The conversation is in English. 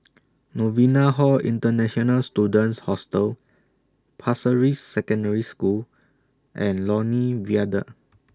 Novena Hall International Students Hostel Pasir Ris Secondary School and Lornie Viaduct